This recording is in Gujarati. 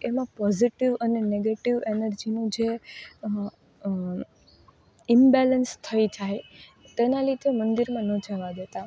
જેમા પોઝિટિવ અને નેગેટિવ એનર્જીનુ જે ઇમ્બૅલૅન્સ થઈ જાય તેના લીધે મંદિરમાં ન જવા દેતા